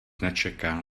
nečekal